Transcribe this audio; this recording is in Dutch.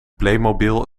playmobil